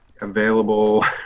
available